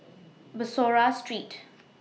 Bussorah Street